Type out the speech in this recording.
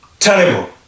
terrible